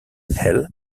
hell